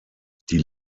die